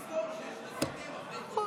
חשבתי שתזכור שיש מסכם אחרי כל